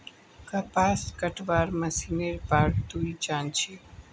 कपास कटवार मशीनेर बार तुई जान छि